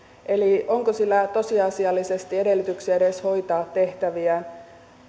eli onko sillä tosiasiallisesti edellytyksiä edes hoitaa tehtäviään